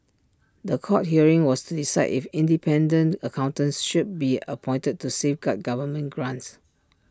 The Court hearing was to decide if independent accountants should be appointed to safeguard government grants